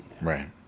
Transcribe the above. Right